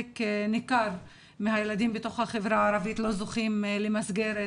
ניכר מהילדים בתוך החברה הערבית לא זוכים למסגרת